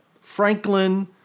Franklin